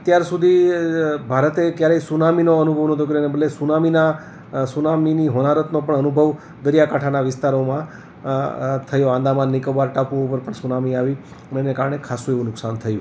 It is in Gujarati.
અત્યાર સુધી ભારતે ક્યારેય સુનામીનો અનુભવ નહોતો કર્યો એને બદલે સુનામીના સુનામીની હોનારતનો પણ અનુભવ દરિયાકાંઠાના વિસ્તારોમાં થયો અંદામાન નિકોબાર ટાપુ પર સુનામી આવી એને કારણે ખાસુ એવું નુકસાન થયું